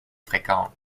fréquentent